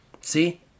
See